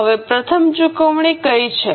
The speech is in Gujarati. હવે પ્રથમ ચુકવણી કઇ છે